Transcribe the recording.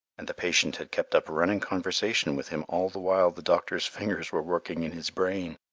and the patient had kept up a running conversation with him all the while the doctor's fingers were working in his brain.